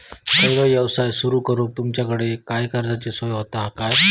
खयचो यवसाय सुरू करूक तुमच्याकडे काय कर्जाची सोय होता काय?